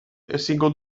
ezingo